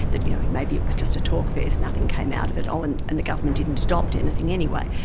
that you know maybe it was just a talk-fest, nothing came out of it, oh, and and the government didn't adopt anything anyway.